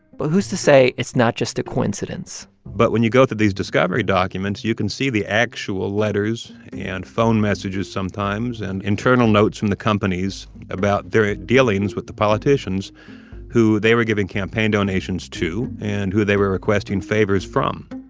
but who's to say it's not just a coincidence? but when you go to these discovery documents, you can see the actual letters and phone messages sometimes and internal notes from the companies about their dealings with the politicians who they were giving campaign donations to and who they were requesting favors from